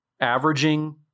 averaging